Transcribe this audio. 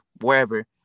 wherever